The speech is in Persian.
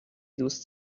دوس